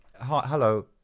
Hello